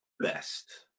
best